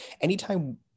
anytime